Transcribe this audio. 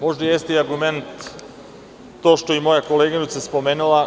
Možda jeste i argument to što je i moja koleginica spomenula.